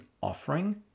offering